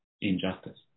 injustice